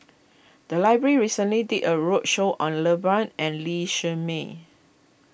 the library recently did a roadshow on Iqbal and Lee Shermay